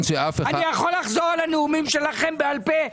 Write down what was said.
הכול בשביל שחוק ההסדרים פה יתקדם.